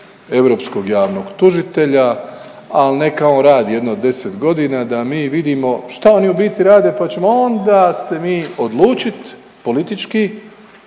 europskog javnog tužitelja, ali neka on radi jedno deset godina da mi vidimo šta oni u biti rade pa ćemo onda se mi odlučit politički